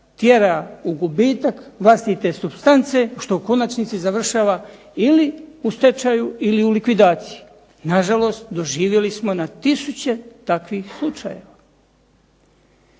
tjera u gubitak vlastite supstance što u konačnici završava ili u stečaju ili u likvidaciji. Nažalost doživjeli smo na tisuće takvih slučajeva.